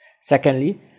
Secondly